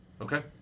Okay